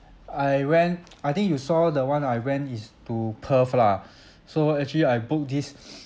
I went I think you saw the one I went is to perth lah so actually I book this